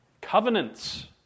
Covenants